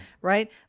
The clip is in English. right